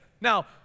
Now